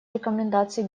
рекомендации